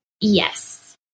Yes